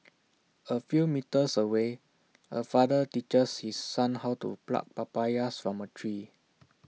A few metres away A father teaches his son how to pluck papayas from A tree